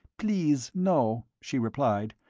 please, no, she replied.